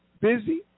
busy